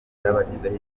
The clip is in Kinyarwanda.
byabagizeho